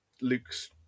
Luke's